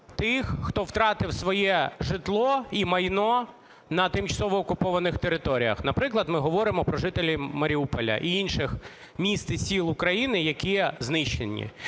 тих, хто втратив своє житло і майно на тимчасово окупованих територіях. Наприклад, ми говоримо про жителів Маріуполя і інших міст і сіл України, які знищені.